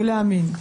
ולהאמין.